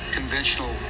conventional